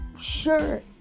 sure